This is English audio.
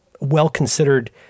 well-considered